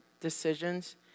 decisions